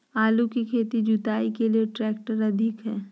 आलू का खेत जुताई के लिए ट्रैक्टर सही है?